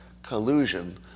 collusion